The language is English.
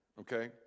okay